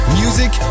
music